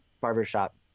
barbershop